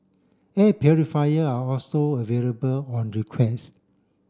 air purifier are also available on request